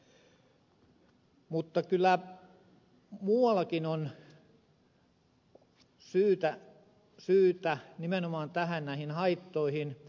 mutta kyllä muuallakin on syytä nimenomaan näihin haittoihin